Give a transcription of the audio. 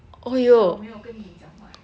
所以我没有跟你讲话